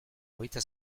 hogeita